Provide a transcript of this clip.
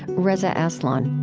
reza aslan